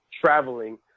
traveling